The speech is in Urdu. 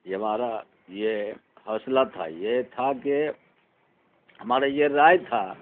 یہ مارا یہ حوصلہ تھا یہ تھا کہ ہمارا یہ رائے تھا